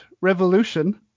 Revolution